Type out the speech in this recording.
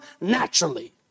naturally